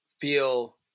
feel